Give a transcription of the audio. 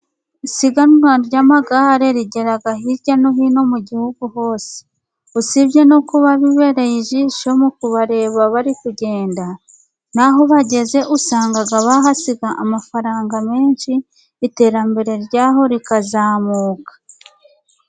Isiganwa ry'amagare rigera hirya no hino mu gihugu hose. Usibye no kuba bibereye ijisho kubareba bari kugenda n'aho bageze usanga bahasiga amafaranga menshi, iterambere ryaho rikazamuka.